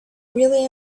really